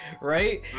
right